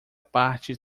parte